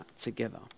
together